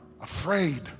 afraid